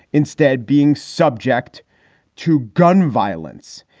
instead being subject to gun violence.